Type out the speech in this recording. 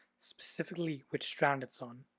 specifically which strand it's on.